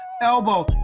elbow